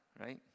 right